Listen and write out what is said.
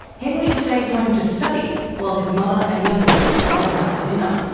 henry stayed home to study while his mother and younger sister went out for dinner.